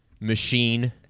machine